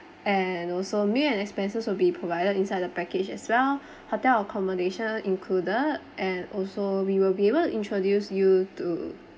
and also meal and expenses will be provided inside the package as well hotel accommodation included and also we will be we'll introduce you to